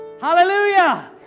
Hallelujah